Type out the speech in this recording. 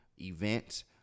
event